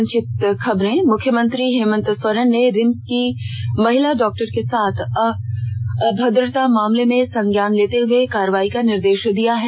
संक्षिप्त खबर मुख्यमंत्री हेमंत सोरेन ने रिम्स की महिला डॉक्टर के साथ अभद्रता मामले में संज्ञान लेते हुए कार्रवाई का निर्देश दिया है